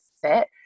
fit